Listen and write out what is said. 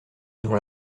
dont